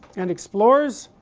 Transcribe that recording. and explores,